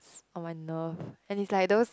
on my nerve and it's those